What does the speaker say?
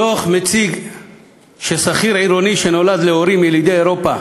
הדוח מציג ששכיר עירוני שנולד להורים ילידי אירופה